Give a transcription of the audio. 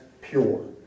pure